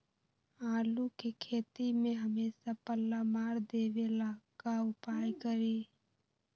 आलू के खेती में हमेसा पल्ला मार देवे ला का उपाय करी?